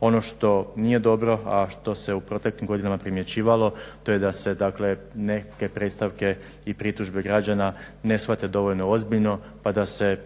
Ono što nije dobro, a što se u proteklim godinama primjećivalo to je da se, dakle neke predstavke i pritužbe građana ne shvate dovoljno ozbiljno pa da se